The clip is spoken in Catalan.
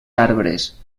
arbres